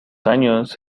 años